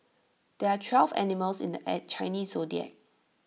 there are twelve animals in the Chinese Zodiac